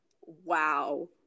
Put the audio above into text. Wow